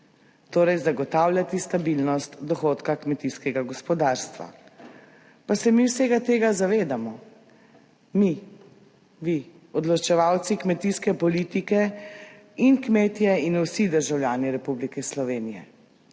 torej zagotavljati stabilnost dohodka kmetijskega gospodarstva. Pa se mi vsega tega zavedamo, mi, vi, odločevalci kmetijske politike in kmetje in vsi državljani Republike Slovenij.